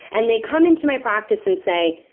and they come into my practice and say,